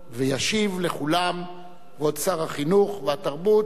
וישיב לכולם כבוד שר החינוך והתרבות,